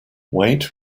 wait